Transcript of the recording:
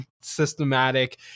systematic